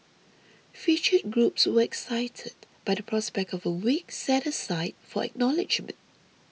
featured groups were excited by the prospect of a week set aside for acknowledgement